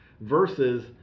versus